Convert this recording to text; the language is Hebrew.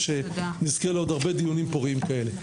ושנזכה לעוד הרבה דיונים פוריים כאלה.